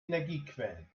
energiequellen